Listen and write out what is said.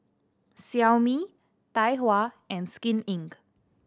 Xiaomi Tai Hua and Skin Inc